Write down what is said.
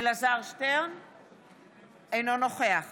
אינו נוכח